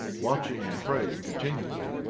watching and praying continually,